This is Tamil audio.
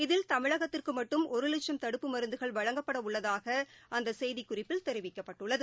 இதில் தமிழகத்திற்குமட்டும் ஒருலட்சம் தடுப்பு மருந்துகள் வழங்கப்படஉள்ளதாகஅந்தசெய்திக்குறிப்பில் தெரிவிக்கப்பட்டுள்ளது